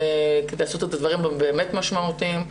כדי לעשות את הדברים שבאמת משמעותיים.